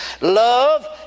Love